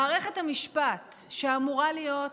מערכת המשפט, שאמורה להיות